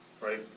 right